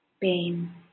pain